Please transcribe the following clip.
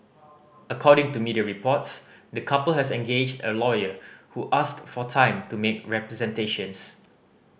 according to media reports the couple has engaged a lawyer who asked for time to make representations